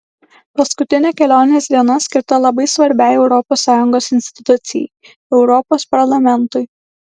paskutinė kelionės diena skirta labai svarbiai europos sąjungos institucijai europos parlamentui